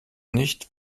nicht